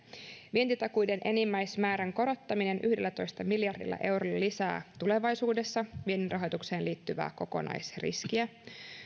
vientitakuiden enimmäismäärän korottaminen yhdellätoista miljardilla eurolla lisää tulevaisuudessa vienninrahoitukseen liittyvää kokonaisriskiä